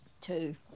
two